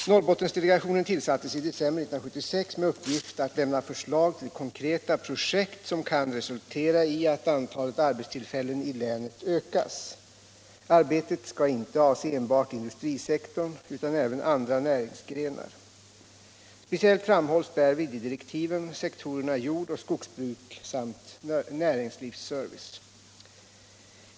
Norrbottendelegationen tillsattes i december 1976 med uppgift att lämna förslag till konkreta projekt som kan resultera i att antalet arbetstillfällen i länet ökas. Arbetet skall inte avse enbart industrisektorn utan även andra näringsgrenar. Speciellt framhålls därvid i direktiven sektorerna jordoch skogsbruk samt näringslivsservice.